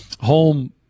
home